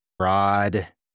Rod